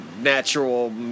natural